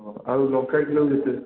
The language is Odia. ଆଉ ଲଙ୍କା କିଲୋକୁ କେତେ